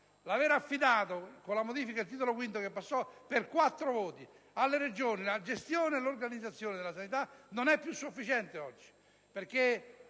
L'aver affidato, con la modifica al Titolo V, che passò per quattro voti, alle Regioni la gestione e l'organizzazione della sanità non è più sufficiente.